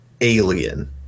alien